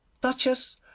duchess